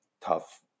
tough